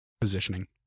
positioning